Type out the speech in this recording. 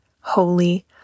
holy